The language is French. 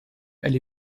elle